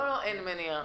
לא "אין מניעה".